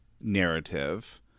narrative